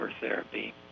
therapy